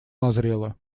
назрело